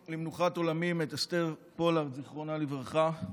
למנוחת עולמים את אסתר פולארד, זיכרונה לברכה,